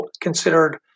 considered